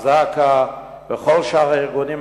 זק"א וכל שאר הארגונים,